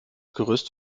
gerüst